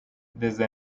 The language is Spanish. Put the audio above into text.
desde